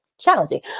challenging